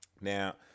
Now